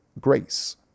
grace